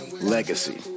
legacy